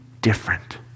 different